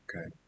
okay